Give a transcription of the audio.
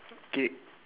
K